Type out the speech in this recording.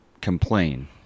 complain